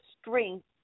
strength